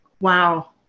Wow